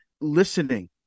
listening